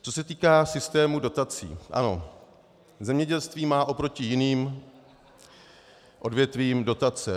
Co se týká systému dotací, ano, zemědělství má oproti jiným odvětvím dotace.